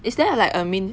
is there like a min~